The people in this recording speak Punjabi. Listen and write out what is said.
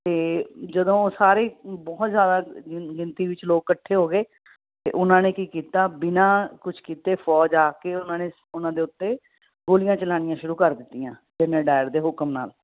ਅਤੇ ਜਦੋਂ ਸਾਰੇ ਬਹੁਤ ਜ਼ਿਆਦਾ ਗਿਣਤੀ ਵਿੱਚ ਲੋਕ ਇਕੱਠੇ ਹੋ ਗਏ ਤਾਂ ਉਹਨਾਂ ਨੇ ਕੀ ਕੀਤਾ ਬਿਨਾਂ ਕੁਛ ਕੀਤੇ ਫੌਜ ਆ ਕੇ ਉਹਨਾਂ ਨੇ ਉਹਨਾਂ ਦੇ ਉੱਤੇ ਗੋਲੀਆਂ ਚਲਾਉਣੀਆਂ ਸ਼ੁਰੂ ਕਰ ਦਿੱਤੀਆਂ ਜਰਨਲ ਡਾਇਰ ਦੇ ਹੁਕਮ ਨਾਲ